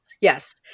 yes